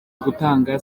gutanga